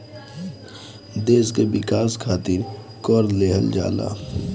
देस के विकास खारित कर लेहल जाला